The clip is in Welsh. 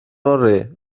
fory